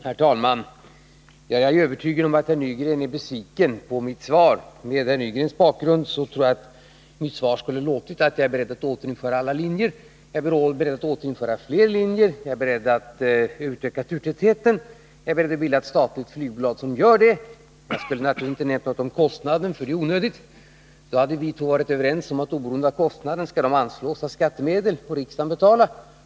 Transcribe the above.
Herr talman! Jag är övertygad om att herr Nygren är besviken på mitt svar. Jag tror att med herr Nygrens utgångspunkt skulle svaret ha gått ut på att jag är beredd att återinföra alla linjer, jag är beredd att upprätta fler linjer, jag är beredd att utöka turtätheten, jag är beredd att bilda ett statligt flygbolag som gör detta. Jag skulle naturligtvis inte ha nämnt någonting om kostnaderna, för det är onödigt. Då hade vi två varit överens om att oberoende av kostnaderna skall pengar anslås av skattemedel — riksdagen får betala.